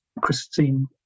Christine